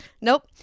Nope